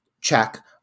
Check